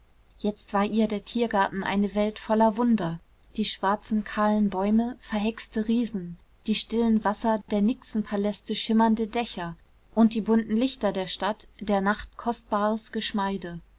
jetzt war ihr der tiergarten eine welt voller wunder die schwarzen kahlen bäume verhexte riesen die stillen wasser der nixenpaläste schimmernde dächer und die bunten lichter der stadt der nacht kostbares geschmeide